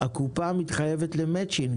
הקופה והממשלה מתחייבת למאצ'ינג.